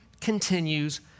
continues